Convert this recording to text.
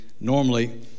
normally